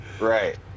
Right